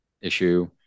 issue